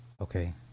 okay